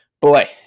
boy